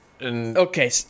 Okay